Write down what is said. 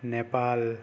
Nepal